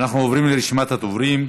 אנחנו עוברים לרשימת הדוברים.